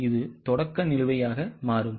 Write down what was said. இது தொடக்க நிலுவையாக மாறும்